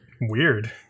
Weird